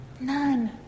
None